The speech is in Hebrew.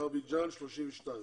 אזרבייג'ן 32,